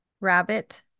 rabbit